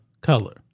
color